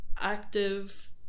active